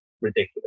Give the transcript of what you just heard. ridiculous